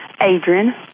Adrian